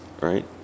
right